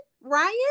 Ryan